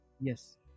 Yes